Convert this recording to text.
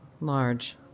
large